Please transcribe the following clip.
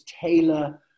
tailor